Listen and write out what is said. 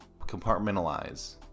compartmentalize